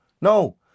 no